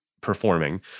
performing